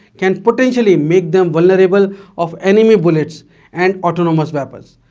can potentially make them vulnerable of enemy bullets and autonomous weapons.